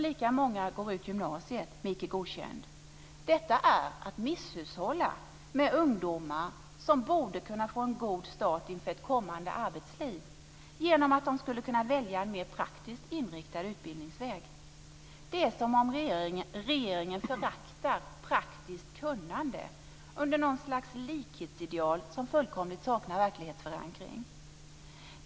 Lika många går ut gymnasiet med Icke godkänd. Det är att misshushålla med ungdomar som borde kunna få en god start inför ett kommande arbetsliv, genom att de skulle kunna välja en mer praktiskt inriktad utbildningsväg. Det är som om regeringen föraktar praktiskt kunnande under något slags likhetsideal som helt saknar verklighetsförankring.